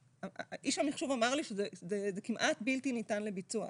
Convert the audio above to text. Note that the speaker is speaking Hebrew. איש המחשוב אמר לי שזה כמעט בלתי ניתן לביצוע.